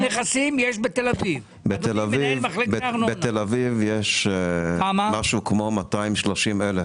בתל אביב יש משהו כמו 230,000,